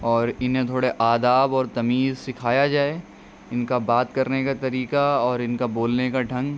اور انہیں تھوڑے آداب اور تمیز سکھایا جائے ان کا بات کرنے کا طریقہ اور ان کا بولنے کا ڈھنگ